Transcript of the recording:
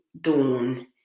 Dawn